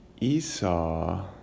Esau